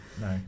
No